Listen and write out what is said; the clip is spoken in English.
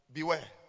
Beware